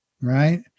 Right